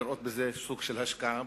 לראות בזה סוג של השקעה